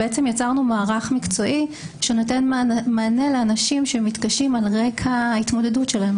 יצרנו מערך מקצועי שנותן מענה לאנשים שמתקשים על רקע ההתמודדות שלהם,